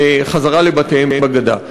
חזרה לבתיהם בגדה.